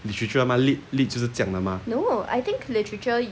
literature 吗 lit lit 就是这样的吗